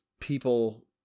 people